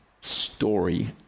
story